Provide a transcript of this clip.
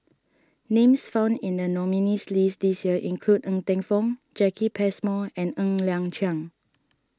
names found in the nominees' list this year include Ng Teng Fong Jacki Passmore and Ng Liang Chiang